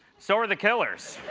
so are the killers.